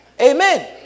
Amen